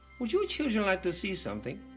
would you children like to see something?